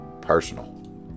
personal